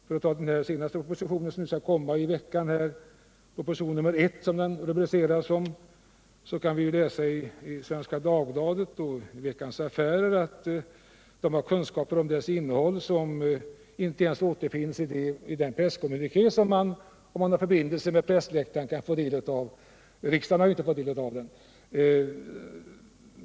För att ta propositionen 1, som skall komma i veckan, som exempel kan vi läsa i Svenska Dagbladet och Veckans Affärer att de har kunskaper om dess innehåll som inte återfinns i den presskommuniké som man kan få om man har förbindelser med pressläktaren; riksdagen har inte fått del av den.